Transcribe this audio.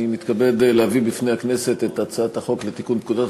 אני מתכבד להביא בפני הכנסת את הצעת חוק לתיקון פקודת